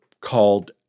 called